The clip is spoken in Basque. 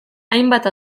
hainbat